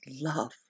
love